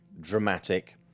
dramatic